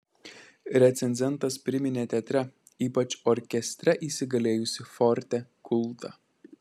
recenzentas priminė teatre ypač orkestre įsigalėjusį forte kultą